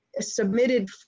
submitted